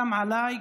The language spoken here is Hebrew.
גם עליי,